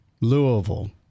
Louisville